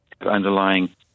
underlying